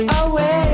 away